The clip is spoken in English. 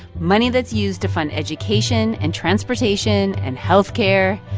money that's used to fund education and transportation and health care.